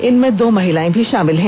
इनमें दो महिलाएं भी शामिल हैं